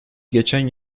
geçen